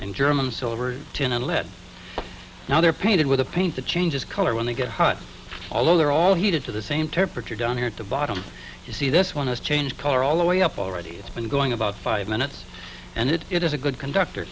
and german silver tin and lead now they're painted with a paint the changes color when they get hot although they're all heated to the same temperature down here at the bottom you see this one has changed color all the way up already it's been going about five minutes and it is a good conductor